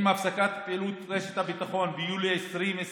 עם הפסקת פעילות רשת הביטחון ביולי 2021